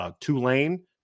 Tulane